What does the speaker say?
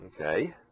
okay